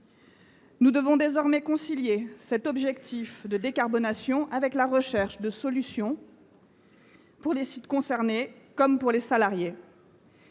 Nous devons désormais concilier cet objectif de décarbonation avec la recherche de solutions pour les sites concernés comme pour leurs salariés.